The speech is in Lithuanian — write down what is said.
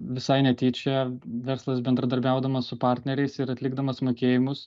visai netyčia verslas bendradarbiaudamas su partneriais ir atlikdamas mokėjimus